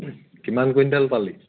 কিমান কুইণ্টাল পালি